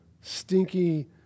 stinky